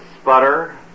sputter